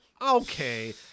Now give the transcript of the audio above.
Okay